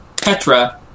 Petra